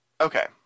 okay